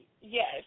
Yes